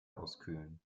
auskühlen